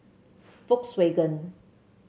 Volkswagen